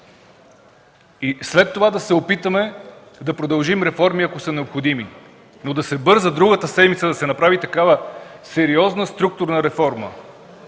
и след това да се опитаме да продължим реформите, ако са необходими. Но да се бърза и другата седмица да се направи такава сериозна структурна реформа,